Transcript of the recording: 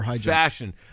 fashion